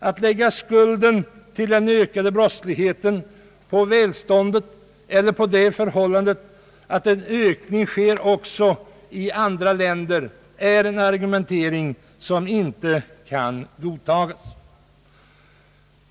Att lägga skulden till den ökade brottsligheten på välståndet eller på det förhållandet att en ökning sker också i andra länder är en argumentering som inte kan godtas.